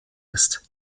ist